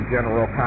General